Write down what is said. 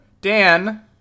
Dan